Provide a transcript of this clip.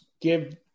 give